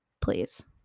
Please